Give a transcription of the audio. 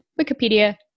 Wikipedia